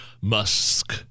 Musk